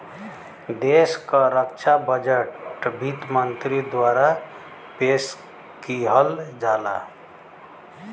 देश क रक्षा बजट वित्त मंत्री द्वारा पेश किहल जाला